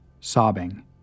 sobbing